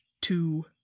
two